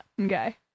Okay